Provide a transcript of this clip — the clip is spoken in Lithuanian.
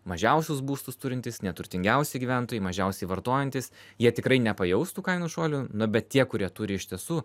mažiausius būstus turintys neturtingiausi gyventojai mažiausiai vartojantys jie tikrai nepajustų kainų šuolių na bet tie kurie turi iš tiesų